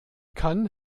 kann